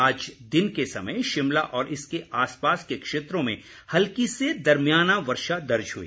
आज दिन के समय शिमला और इसके आसपास के क्षेत्रों में हल्की से दरमयाना वर्षा दर्ज हुई